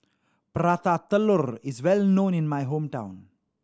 Prata Telur is well known in my hometown